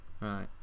Right